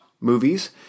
movies